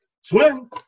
swim